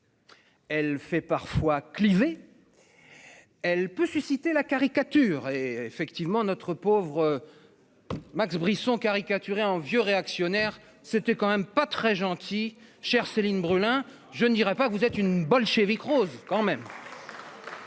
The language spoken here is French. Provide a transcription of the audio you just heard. Elle fait parfois cliver. Elle peut susciter la caricature et-ce. Notre pauvre. Max Brisson caricaturer un vieux réactionnaire, c'était quand même pas très gentil chère Céline Brulin, je ne dirais pas que vous êtes une bolchévique rose quand même.